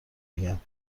بگم